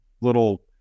little